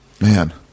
Man